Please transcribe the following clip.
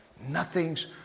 Nothing's